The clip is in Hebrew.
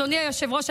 אדוני היושב-ראש,